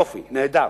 יופי, נהדר,